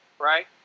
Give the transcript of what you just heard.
Right